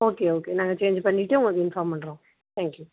okay okay நாங்கள் change பண்ணிவிட்டு உங்களுக்கு இன்ஃபார்ம் பண்ணுறோம் தேங்க்யூ